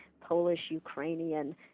Polish-Ukrainian